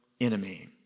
enemy